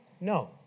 No